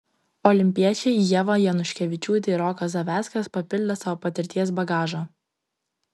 olimpiečiai ieva januškevičiūtė ir rokas zaveckas papildė savo patirties bagažą